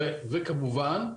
כמובן,